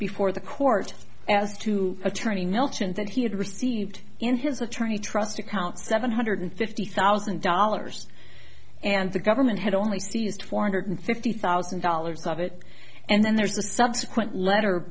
before the court as to attorney milton that he had received in his attorney trust account seven hundred fifty thousand dollars and the government had only stated four hundred fifty thousand dollars of it and then there's a subsequent letter